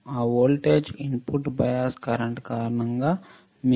ఆ voltage input bias current కారణంగా మీకు లభించింది